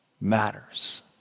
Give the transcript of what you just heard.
matters